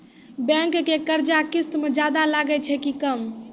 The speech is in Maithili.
बैंक के कर्जा किस्त मे ज्यादा लागै छै कि कम?